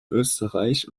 österreich